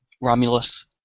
Romulus